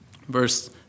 Verse